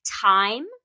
time